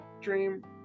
Dream